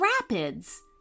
Rapids